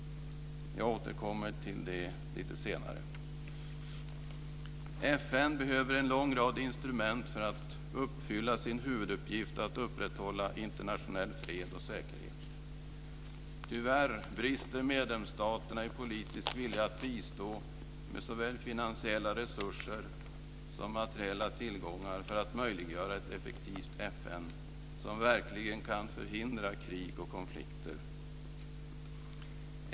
Jag återkommer till det lite senare. FN behöver en lång rad instrument för att uppfylla sin huvuduppgift att upprätthålla internationell fred och säkerhet. Tyvärr brister medlemsstaterna i politisk vilja att bistå med såväl finansiella resurser som materiella tillgångar för att möjliggöra ett effektivt FN som verkligen kan förhindra krig och konflikter.